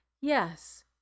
Yes